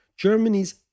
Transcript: Germany's